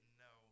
no